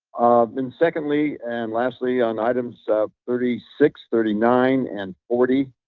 and secondly, and lastly on items thirty six, thirty nine, and forty.